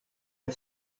est